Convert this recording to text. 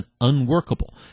unworkable